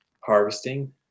harvesting